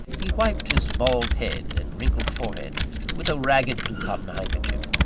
he wiped his bald head and wrinkled forehead with a ragged blue cotton handkerchief,